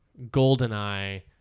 Goldeneye